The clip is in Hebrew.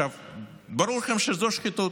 ברור לכם שזו שחיתות.